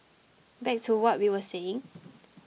back to what we were saying